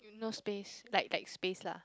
no space like that space lah